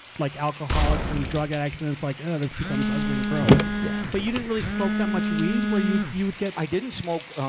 like alcoholics and drug addicts and it's like ugh, this becomes ugly and gross. yeah but you didn't really smoke that much weed, where you'd, you would get paul i didn't smoke, ah,